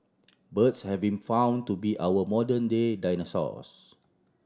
birds have been found to be our modern day dinosaurs